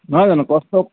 নহয় জানো কষ্ট